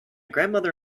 grandmother